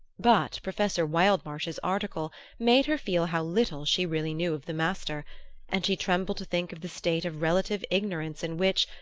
but professor wildmarsh's article made her feel how little she really knew of the master and she trembled to think of the state of relative ignorance in which,